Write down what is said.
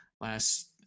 last